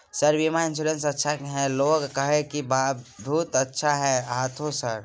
Sir बीमा insurance अच्छा है लोग कहै छै बहुत अच्छा है हाँथो सर?